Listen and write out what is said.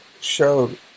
showed